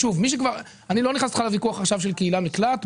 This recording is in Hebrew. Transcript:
אני לא נכנס כרגע לוויכוח על קהילה מול מקלט.